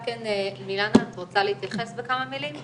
מילנה, את רוצה להתייחס בכמה מילים?